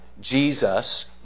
Jesus